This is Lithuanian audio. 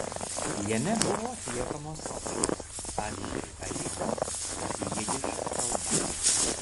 jame buvo atliekamos operos pavyzdžiui aida jidiš kalba